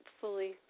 fully